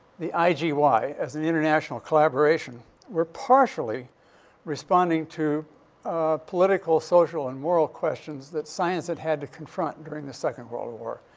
the igy as an international collaboration were partially responding to political, social and moral questions that science had had to confront during the second world war.